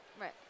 Right